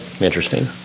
Interesting